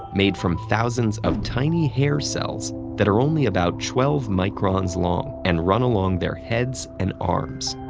made from thousands of tiny hair cells that are only about twelve microns long and run along their heads and arms.